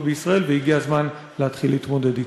בישראל והגיע הזמן להתחיל להתמודד אתו.